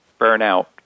burnout